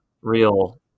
real